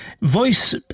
voice